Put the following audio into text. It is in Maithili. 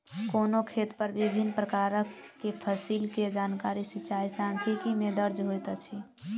कोनो खेत पर विभिन प्रकार के फसिल के जानकारी सिचाई सांख्यिकी में दर्ज होइत अछि